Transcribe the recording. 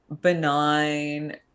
benign